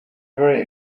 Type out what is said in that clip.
very